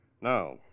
Now